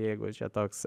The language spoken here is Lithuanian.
jeigu čia toks